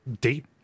date